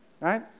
right